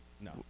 No